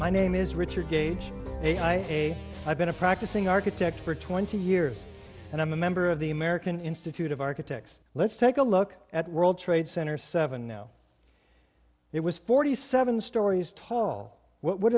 my name is richard gage a i a i've been a practicing architect for twenty years and i'm a member of the american institute of architects let's take a look at world trade center seven no it was forty seven stories tall what would